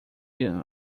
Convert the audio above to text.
him